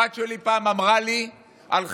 הבת שלי פעם אמרה לי על חינוך: